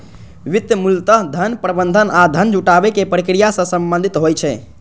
वित्त मूलतः धन प्रबंधन आ धन जुटाबै के प्रक्रिया सं संबंधित होइ छै